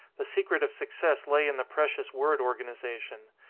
the secret of success lay in the precious word organization.